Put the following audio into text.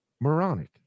moronic